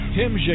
Tim